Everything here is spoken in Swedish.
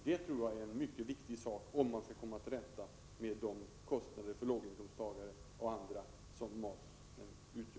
Det tror jag är en mycket viktig sak om man skall komma till rätta med de höga kostnader som maten utgör för bl.a. låginkomsttagare.